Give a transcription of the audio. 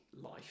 life